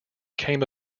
came